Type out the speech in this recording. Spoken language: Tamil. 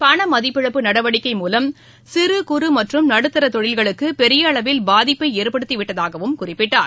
பணமதிப்பிழப்பு நடவடிக்கையின் மூலம் சிறு குறு மற்றும் நடுத்தர தொழில்களுக்கு பெரிய அளவில் பாதிப்பை ஏற்படுத்திவிட்டதாகவும் குறிப்பிட்டார்